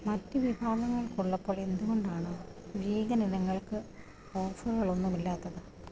മറ്റു വിഭാഗങ്ങൾക്ക് ഉള്ളപ്പോൾ എന്തുകൊണ്ടാണ് വീഗൻ ഇനങ്ങൾക്ക് ഓഫറുകൾ ഒന്നുമില്ലാത്തത്